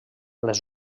les